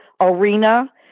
arena